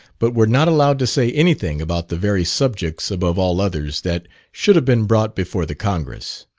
but were not allowed to say anything about the very subjects above all others that should have been brought before the congress.